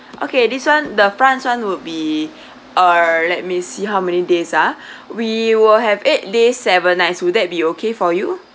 okay this [one] the france [one] would be uh let me see how many days uh we will have eight days seven night would that be okay for you